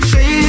Say